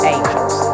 Angels